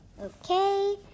okay